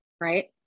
Right